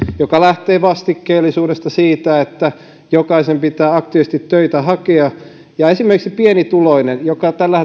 joka lähtee vastikkeellisuudesta siitä että jokaisen pitää aktiivisesti töitä hakea esimerkiksi pienituloisella joka tällä